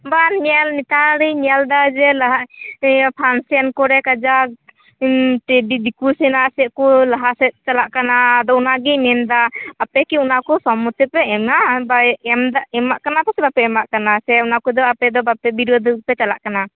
ᱵᱟᱢ ᱧᱮᱞ ᱱᱮᱛᱟᱨᱤᱧ ᱧᱮᱞᱫᱟ ᱡᱮ ᱞᱟᱦᱟᱜ ᱤᱭᱟᱹ ᱯᱷᱟᱱᱥᱮᱱ ᱠᱚᱨᱮ ᱠᱟᱡᱟᱠ ᱴᱮᱰᱤ ᱫᱤᱠᱩ ᱥᱮᱱᱟᱜ ᱪᱮᱫᱠᱚ ᱞᱟᱦᱟᱥᱮᱫ ᱪᱟᱞᱟᱜ ᱠᱟᱱᱟ ᱟᱫᱚ ᱚᱱᱟ ᱜᱮᱧ ᱢᱮᱱᱫᱟ ᱟᱯᱮᱠᱤ ᱚᱱᱟᱠᱚ ᱥᱚᱢᱢᱚᱛᱤ ᱯᱮ ᱮᱢᱟ ᱵᱟᱭ ᱮᱢᱫᱟ ᱮᱢᱟᱜ ᱠᱟᱱᱟ ᱥᱮ ᱵᱟᱯᱮ ᱮᱢᱟᱜᱠᱟᱱᱟ ᱥᱮ ᱚᱱᱟᱠᱚᱫᱚ ᱟᱯᱮᱫᱚ ᱵᱟᱯᱮ ᱵᱤᱨᱚᱫᱷ ᱯᱮ ᱪᱟᱞᱟᱜ ᱠᱟᱱᱟ